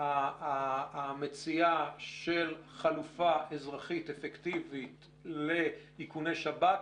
מציאת חלופה אזרחית אפקטיבית לאיכוני השב"כ,